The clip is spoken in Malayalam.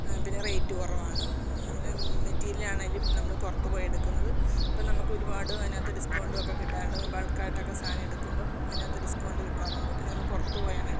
പിന്നെ റേറ്റ് കുറവാണ് അതിൽ മെറ്റീരിയൽ ആണേലും നമ്മൾ പുറത്ത് പോയി എടുക്കുന്നത് ഇപ്പം നമ്മൾക്ക് ഒരുപാട് അതിനകത്ത് ഡിസ്കൗണ്ടും ഒക്കെ കിട്ടാറുണ്ട് ബൾക്ക് ആയിട്ടൊക്കെ സാധനം എടുക്കുമ്പം അതിനകത്ത് ഡിസ്കൗണ്ട് കിട്ടാറുണ്ട് പിന്നെ നമ്മൾ പുറത്ത് പോയാണ് എടുക്കുന്നത്